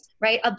right